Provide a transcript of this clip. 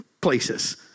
places